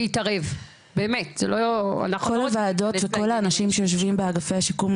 כל הוועדות וכל האנשים שיושבים באגפי השיקום,